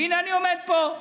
והינה, אני עומד פה,